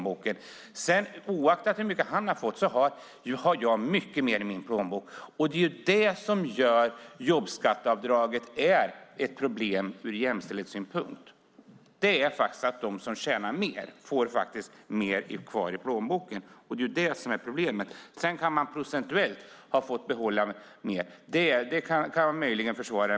Oavsett hur mycket han har fått har jag mycket mer i min plånbok, och det är det som gör att jobbskatteavdraget är ett problem ur jämställdhetssynpunkt. Den som tjänar mer får mer kvar i plånboken, och det är det som är problemet. Sedan kan han procentuellt ha fått behålla mer; det kan man möjligen försvara.